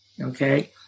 Okay